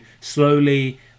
slowly